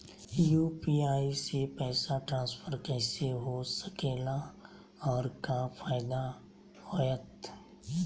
UPI से पैसा transfer कैसे हो सके ला और का फायदा होएत?